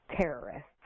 terrorists